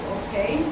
okay